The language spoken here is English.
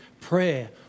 Prayer